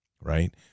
right